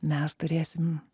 mes turėsim